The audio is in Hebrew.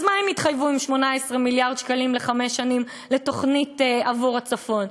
אז מה אם התחייבו ל-18 מיליארד שקלים לחמש שנים לתוכנית עבור הצפון?